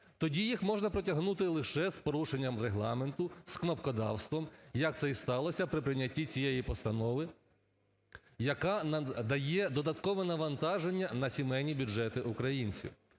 тоді їх можна притягнути лише з порушенням Регламенту, з кнопкодавством, як це і сталося при прийнятті цієї постанови, яка дає додаткове навантаження на сімейні бюджети українців.